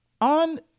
on